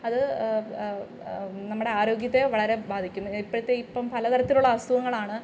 അത് നമ്മുടെ ആരോഗ്യത്തെ വളരെ ബാധിക്കുന്നു ഇപ്പോഴത്തെ ഇപ്പം പല തരത്തിലുള്ള അസുഖങ്ങളാണ്